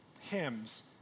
hymns